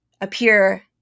appear